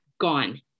gone